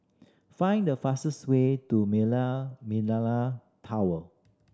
find the fastest way to Millenia Tower